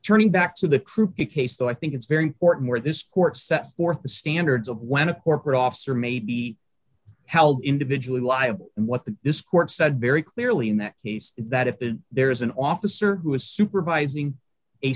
turning back to the crew case though i think it's very important that this court set forth the standards of when a corporate officer may be held individually live and what this court said very clearly in that case is that if there is an officer who is supervising a